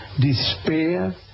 Despair